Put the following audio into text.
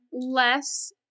less